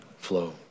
flow